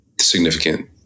significant